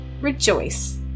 rejoice